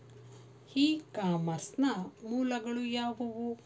E commerce ನ ಮೂಲಗಳು ಯಾವುವು?